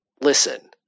listen